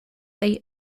they